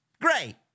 Great